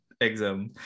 exam